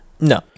No